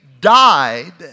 died